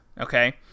Okay